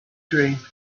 dream